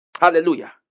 Hallelujah